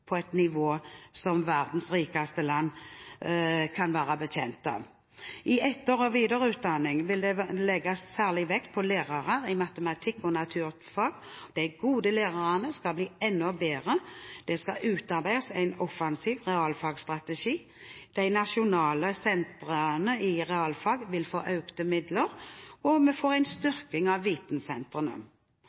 på et nivå som «verdens rikeste land» kan være bekjent av: I etter- og videreutdanningen vil det legges særlig vekt på lærere i matematikk og naturfag, de gode lærerne skal bli enda bedre, det skal utarbeides en offensiv realfagsstrategi, de nasjonale sentrene i realfag vil få økte midler og vi får en styrking av vitensentrene.